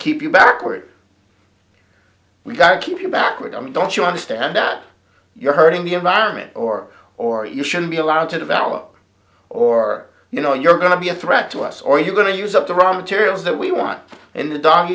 keep you backward we've got to keep you backward i mean don't you understand that you're hurting the environment or or you should be allowed to develop or you know you're going to be a threat to us or you're going to use up the raw materials that we want in the do